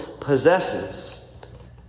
possesses